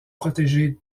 protégé